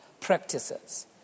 practices